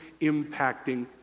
impacting